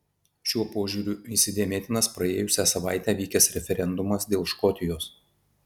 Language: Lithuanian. šiuo požiūriu įsidėmėtinas praėjusią savaitę vykęs referendumas dėl škotijos